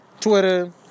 Twitter